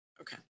Okay